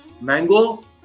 mango